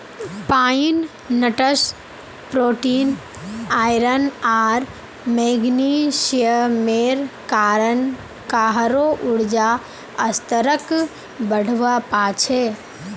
pine nuts protein, iron आर मैग्नीशियमेर कारण काहरो ऊर्जा स्तरक बढ़वा पा छे